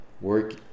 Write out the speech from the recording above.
work